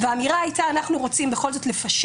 האמירה הייתה: אנחנו רוצים לפשט,